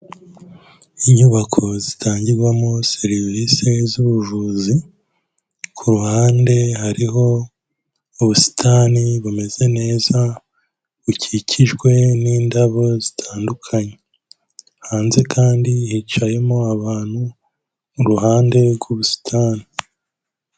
Inyubako zitangirwamo serivisi z'ubuvuzi. Ku ruhande hariho ubusitani bumeze neza bukikijwe n'indabo zitandukanye. Hanze kandi hicayemo abantu kuruhande rw'ubusitani.